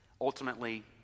Ultimately